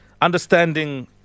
understanding